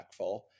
impactful